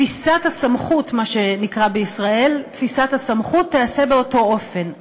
תפיסת הסמכות, מה שנקרא בישראל, תיעשה באותו אופן.